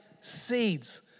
Seeds